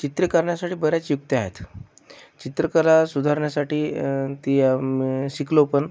चित्र करण्यासाठी बऱ्याच युक्त्या आहेत चित्रकला सुधारण्यासाठी ती शिकलो पन